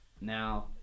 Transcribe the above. now